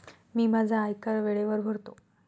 मी माझा आयकर वेळेवर भरतो